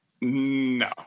No